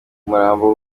umurambo